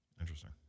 Interesting